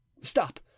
Stop